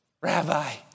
Rabbi